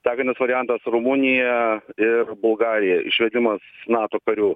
sekantis variantas rumunija ir bulgarija išvedimas nato karių